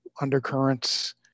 undercurrents